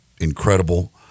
incredible